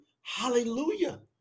hallelujah